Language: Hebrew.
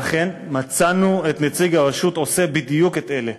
ואכן, מצאנו את נציג הרשות עושה בדיוק את אלה.